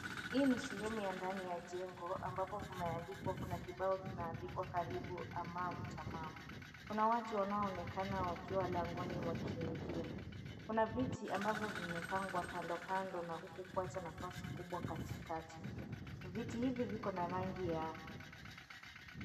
Hii ni sehemu ya ndani ya jengo ambapo kumeandikwa kuna kibao kimeandikwa karibu amam tamam. Kuna watu wanaonekana kuwa mlangoni wakiingia, kuna viti ambavyo vimepangwa kandokando na kuwacha nafasi kubwa katikati, viti hivi viko na rangi ya.